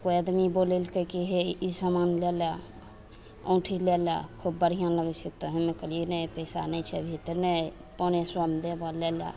कोइ आदमी बोलेलकय कि हे ई सामान लए लअ औँठी ले लए खूब बढ़िआँ लगय छै तऽ हमे कहलियै नहि पैसा नहि छै अभी तऽ नहि पाँचे सओमे देबऽ लअ लए